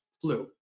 flu